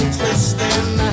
twisting